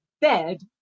bed